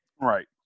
Right